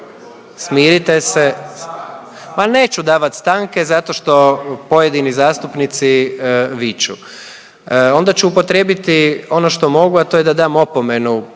Smirite se. Ma neću davat stanke zato što pojedini zastupnici viču, onda ću upotrijebiti ono što mogu, a to je da dam opomenu